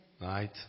right